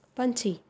ਪੰਛੀ